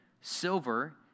silver